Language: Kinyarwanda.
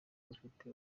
ufite